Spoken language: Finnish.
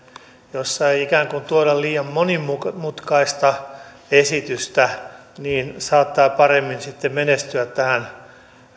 jossa ei tuoda ikään kuin liian monimutkaista esitystä saattaa paremmin sitten menestyä tähän